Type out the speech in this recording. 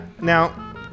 Now